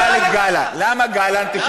לגלנט?